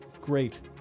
great